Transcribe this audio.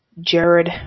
Jared